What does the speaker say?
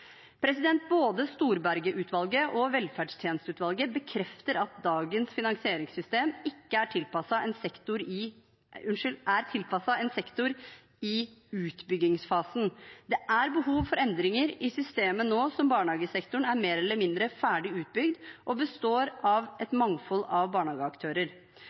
Både Storberget-utvalget og velferdstjenesteutvalget bekrefter at dagens finansieringssystem er tilpasset en sektor i utbyggingsfasen. Det er behov for endringer i systemet nå som barnehagesektoren er mer eller mindre ferdig utbygd og består av et mangfold av barnehageaktører.